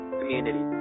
community